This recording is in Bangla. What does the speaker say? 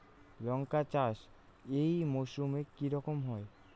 লঙ্কা চাষ এই মরসুমে কি রকম হয়?